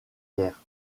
guerre